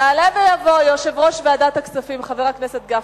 יעלה ויבוא יושב-ראש ועדת הכספים, חבר הכנסת גפני.